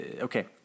Okay